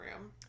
room